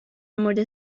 مورد